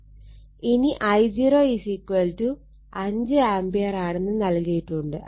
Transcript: ഇനി I0 5 ആംപിയറാണെന്ന് നൽകിയിട്ടുണ്ട്